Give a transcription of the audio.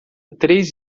três